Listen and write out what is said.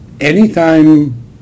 anytime